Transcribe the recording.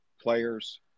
players